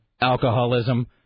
alcoholism